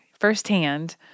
firsthand